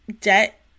debt